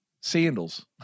sandals